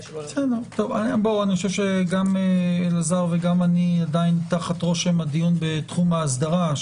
אני חושב שגם אלעזר וגם אני עדיין תחת רושם הדיון בתחום ההסדרה,